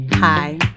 Hi